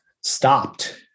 stopped